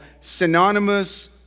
synonymous